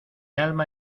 alma